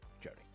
Jody